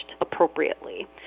appropriately